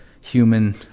human